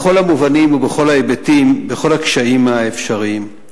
בכל המובנים ובכל ההיבטים, בכל הקשיים האפשריים.